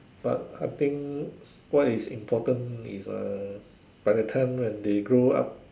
but I think what is important is uh by the time when they grow up